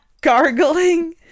gargling